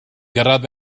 gyrraedd